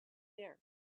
there